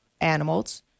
animals